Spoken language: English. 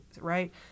right